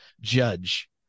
judge